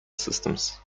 systems